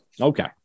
Okay